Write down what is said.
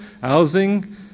housing